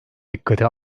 dikkate